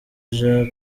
jean